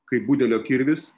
kaip budelio kirvis